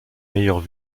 meilleures